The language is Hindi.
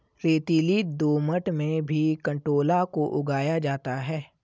रेतीली दोमट में भी कंटोला को उगाया जाता है